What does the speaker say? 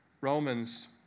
Romans